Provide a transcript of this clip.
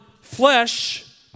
flesh